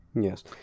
Yes